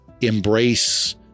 embrace